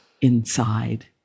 inside